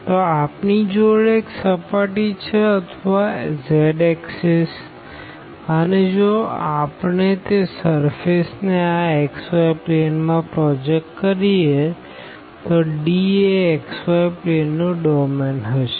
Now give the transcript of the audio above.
તો આપણી જોડે એક સર્ફેસ છે અથવા zએક્ષિસ અને જો આપણે તે સરફેસ ને આ xy પ્લેન માં પ્રોજેક્ટ કરીએ તો D એ xy પ્લેન નું ડોમેન હશે